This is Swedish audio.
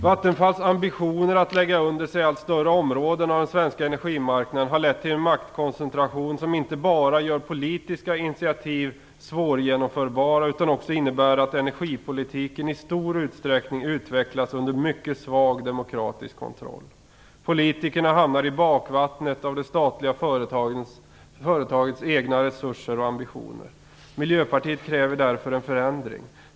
Vattenfalls ambitioner att lägga under sig allt större områden av den svenska energimarknaden har lett till en maktkoncentration som inte bara gör politiska initiativ svårgenomförbara utan också innebär att energipolitiken i stor utsträckning utvecklas under en mycket svag demokratisk kontroll. Politikerna hamnar i bakvattnet av det statliga företagets egna resurser och ambitioner. Miljöpartiet kräver därför en förändring.